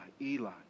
Eli